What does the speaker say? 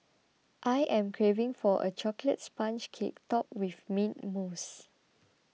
I am craving for a Chocolate Sponge Cake Topped with Mint Mousse